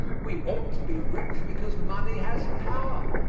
we ought to be rich, because money has power.